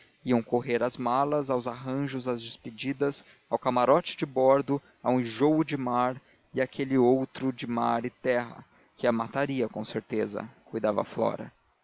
correr às malas aos arranjos às despedidas ao camarote de bordo ao enjoo de mar e àquele outro de mar e terra que a mataria com certeza cuidava flora